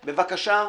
בבקשה,